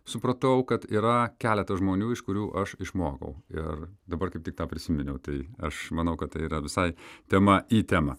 supratau kad yra keletas žmonių iš kurių aš išmokau ir dabar kaip tik tą prisiminiau tai aš manau kad tai yra visai tema į temą